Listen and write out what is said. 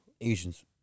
Asians